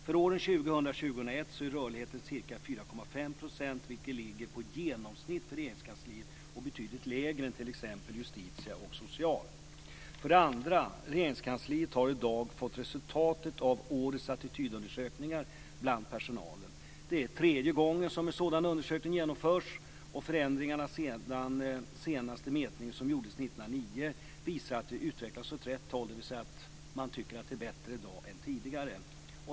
För åren 2000 och 2001 ligger rörligheten på ca 4,5 %, vilket är ett genomsnitt för Regeringskansliet och betydligt lägre än för Justitiedepartementet och För det andra: Regeringskansliet har i dag fått resultatet av årets attitydundersökningar bland personalen. Det är tredje gången som en sådan undersökning genomförs. Förändringarna sedan den senaste mätningen, som gjordes år 1999, visar att utvecklingen går åt rätt håll, dvs. att man tycker att det är bättre i dag än det var tidigare.